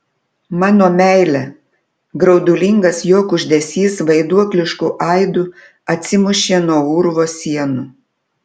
mano meile graudulingas jo kuždesys vaiduoklišku aidu atsimušė nuo urvo sienų